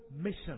mission